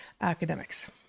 academics